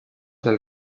del